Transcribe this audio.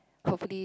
hopefully